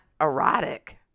erotic